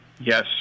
Yes